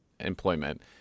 Employment